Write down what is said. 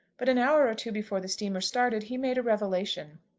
but an hour or two before the steamer started he made a revelation.